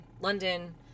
London